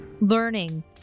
learning